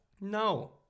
No